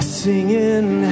singing